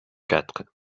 quatre